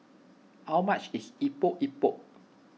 how much is Epok Epok